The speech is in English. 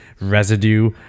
residue